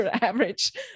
average